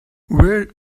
where